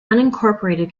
unincorporated